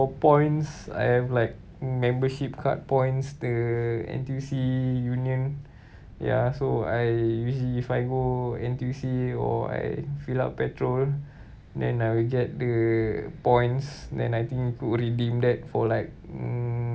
for points I have like membership card points the N_T_U_C union ya so I usually if I go N_T_U_C or I fill up petrol and then I will get the points then I think to redeem that for like mm